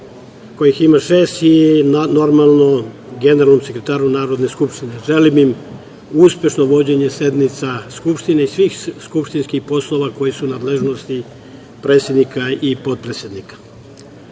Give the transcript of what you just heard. kojih ima šest, i generalnom sekretaru Narodne skupštine. Želim im uspešno vođenje sednica Skupštine i svih skupštinskih poslova koji su u nadležnosti predsednika i potpredsednika. Danas